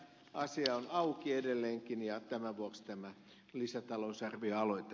asia on auki edelleenkin ja tämän vuoksi tämä lisätalousarvioaloite